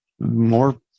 more